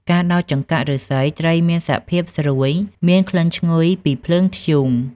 ការដោតចង្កាក់ឫស្សីត្រីមានសភាពស្រួយ មានក្លិនឈ្ងុយពីភ្លើងធ្យូង។